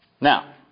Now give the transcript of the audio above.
Now